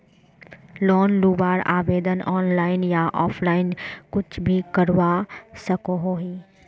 Loan लुबार आवेदन online या ऑफलाइन कुछ भी करवा सकोहो ही?